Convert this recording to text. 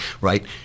Right